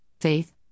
faith